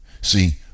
See